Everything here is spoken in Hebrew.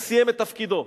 הוא סיים את תפקידו.